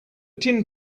tin